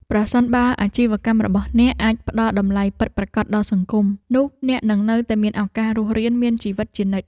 ប្រសិនបើអាជីវកម្មរបស់អ្នកអាចផ្ដល់តម្លៃពិតប្រាកដដល់សង្គម នោះអ្នកនឹងនៅតែមានឱកាសរស់រានមានជីវិតជានិច្ច។